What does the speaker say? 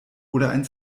oder